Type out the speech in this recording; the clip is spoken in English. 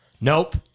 Nope